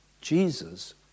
Jesus